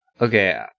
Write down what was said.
Okay